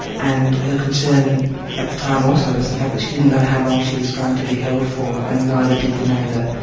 and her concern at the time also was the fact that she didn't know how long she was going to be held for, and neither did the neighbour,